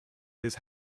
his